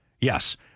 yes